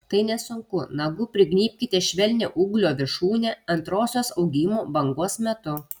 tai nesunku nagu prignybkite švelnią ūglio viršūnę antrosios augimo bangos metu